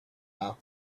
after